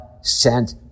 sent